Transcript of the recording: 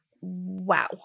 wow